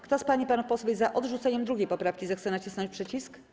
Kto z pań i panów posłów jest za odrzuceniem 2. poprawki, zechce nacisnąć przycisk.